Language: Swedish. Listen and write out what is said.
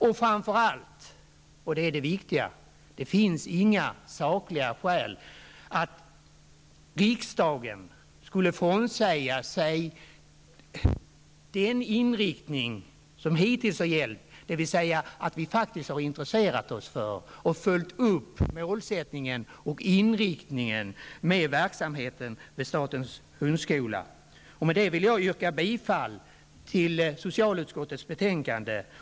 Och framför allt vill jag säga: Det finns inga sakliga skäl till att riksdagen skulle frångå den inriktning som hittills har gällt, dvs. att vi faktiskt har intresserat oss för och följt upp målsättningen med verksamheten vid statens hundskola. Med detta vill jag yrka bifall till socialutskottets hemställan.